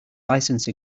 license